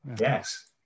yes